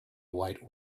white